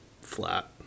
flat